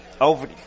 Over